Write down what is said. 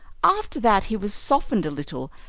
after that he was softened a little,